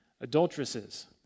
Adulteresses